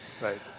Right